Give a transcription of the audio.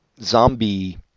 zombie